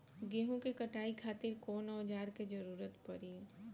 गेहूं के कटाई खातिर कौन औजार के जरूरत परी?